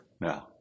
now